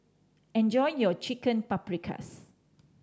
enjoy your Chicken Paprikas